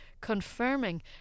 confirming